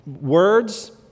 words